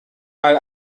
mal